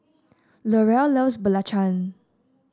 Larae loves belacan